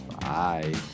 bye